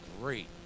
great